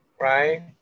right